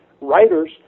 writers